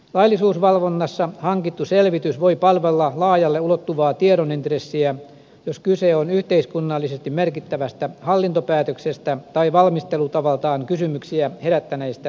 laillisuusvalvonnassa hankittu selvitys voi palvella laajalle ulottuvaa tiedon intressiä jos kyse on yhteiskunnallisesti merkittävästä hallintopäätöksestä tai valmistelutavaltaan kysymyksiä herättäneestä säädöshankkeesta